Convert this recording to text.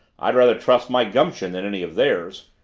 i'd rather trust my gumption than any of theirs.